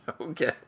Okay